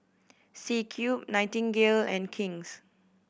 C Cube Nightingale and King's